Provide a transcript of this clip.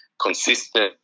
consistent